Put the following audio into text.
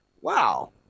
wow